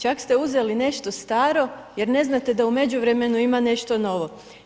Čak ste uzeli nešto staro, jer ne znate, da u međuvremenu ima nešto novo.